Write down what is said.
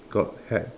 got hat